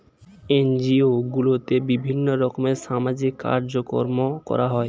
NGO গুলোতে বিভিন্ন রকমের সামাজিক কাজকর্ম করা হয়